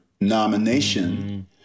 nomination